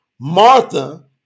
Martha